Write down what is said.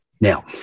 Now